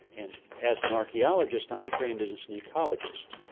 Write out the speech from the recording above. and as an archaeologist i'm trained as as an ecologist,